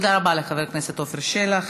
תודה רבה לחבר הכנסת עפר שלח.